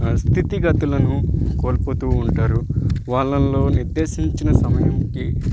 స్థితిగతులను కోల్పోతూ ఉంటారు వాళ్ళల్లో నిర్దేశించిన సమయంకి